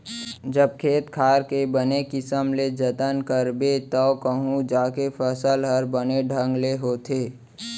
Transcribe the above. जब खेत खार के बने किसम ले जनत करबे तव कहूं जाके फसल हर बने ढंग ले होथे